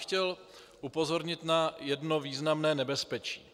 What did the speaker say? Chtěl bych upozornit na jedno významné nebezpečí.